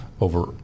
over